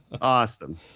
awesome